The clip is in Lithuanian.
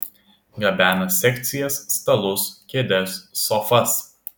gabena sekcijas stalus kėdes sofas